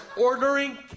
ordering